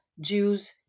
Jews